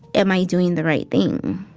am i doing the right thing?